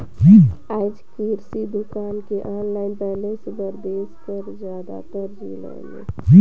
आएज किरसि दुकान के आनलाईन लाइसेंस बर देस कर जादातर जिला में ए बेवस्था ल लागू कइर देहल गइस अहे